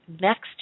next